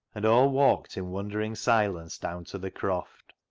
and all walked in wonder ing silence down to the croft.